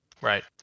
right